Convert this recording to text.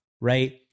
right